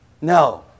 No